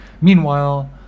Meanwhile